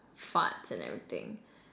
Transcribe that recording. farts and everything